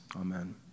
Amen